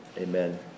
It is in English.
Amen